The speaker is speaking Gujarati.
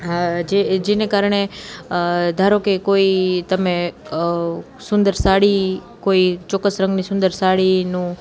હા જે જેને કારણે ધારો કે કોઈ તમે સુંદર સાડી કોઈ ચોક્કસ રંગની સુંદર સાડીનું